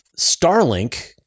Starlink